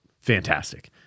fantastic